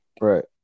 Right